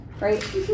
right